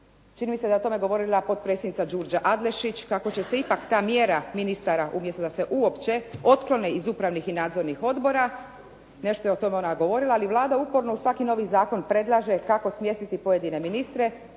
čini mi se da je o tome govorila potpredsjednica Đurđa Adlešič, kako će se ipak ta mjera ministara umjesto da se uopće otklone iz upravnih i nadzornih odbora, nešto je o tome ona govorila, ali Vlada uporno u svaki novi zakon predlaže kako smjestiti pojedine ministre